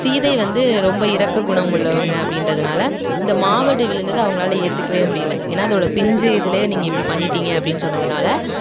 சீதை வந்து ரொம்ப இறக்க குணம் உள்ளவங்க அப்படீன்றதுனால இந்த மாவடு விழுந்தது அவங்களால் ஏற்றுக்கவே முடியல ஏன்னால் அதோடய பிஞ்சு இதுலேயே நீங்கள் இப்படி பண்ணிட்டிங்க அப்படீனு சொன்னதுனால்